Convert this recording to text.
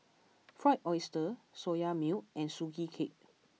Fried Oyster Soya Milk and Sugee Cake